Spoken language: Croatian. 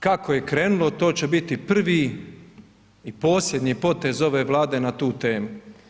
Kako je krenulo, to će biti prvi i posljednji potez ove Vlade na tu temu.